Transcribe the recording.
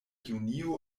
junio